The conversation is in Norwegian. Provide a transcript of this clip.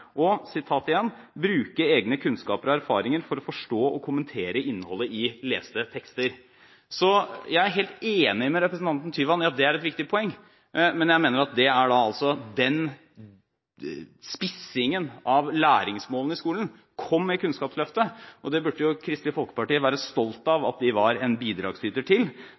og forståelse på papir og skjerm» og «bruke egne kunnskaper og erfaringer for å forstå og kommentere innholdet i leste tekster». Jeg er altså helt enig med representanten Tyvand i at det er et viktig poeng, men jeg mener at den spissingen av læringsmålene i skolen kom med Kunnskapsløftet, og det burde Kristelig Folkeparti være stolt av at man var en bidragsyter til.